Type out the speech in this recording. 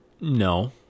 No